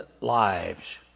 lives